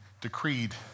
decreed